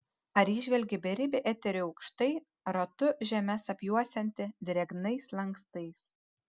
ar įžvelgi beribį eterį aukštai ratu žemes apjuosiantį drėgnais lankstais